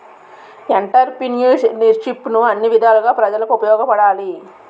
ఎంటర్ప్రిన్యూర్షిప్ను అన్ని విధాలుగా ప్రజలకు ఉపయోగపడాలి